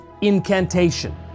incantation